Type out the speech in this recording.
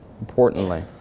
importantly